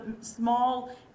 small